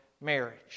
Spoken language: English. marriage